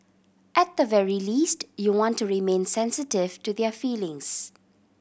at the very least you want to remain sensitive to their feelings